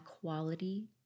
quality